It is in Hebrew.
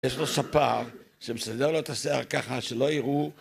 יש לו ספר שמסדר לו את השיער ככה שלא יראו